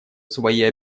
свои